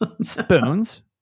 Spoons